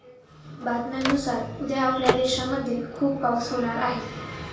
बातम्यांनुसार उद्या आपल्या देशामध्ये खूप पाऊस होणार आहे